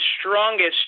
strongest